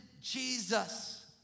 Jesus